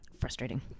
Frustrating